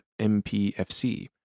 MPFC